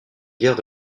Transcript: guerres